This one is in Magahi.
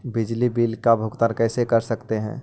बिजली बिल का भुगतान कैसे कर सकते है?